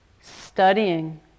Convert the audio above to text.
studying